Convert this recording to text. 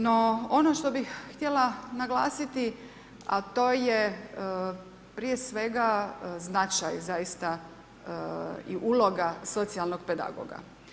No, ono što bih htjela naglasiti, a to je, prije svega, značaj zaista i uloga socijalnog pedagoga.